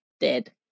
Dead